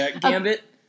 gambit